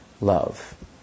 love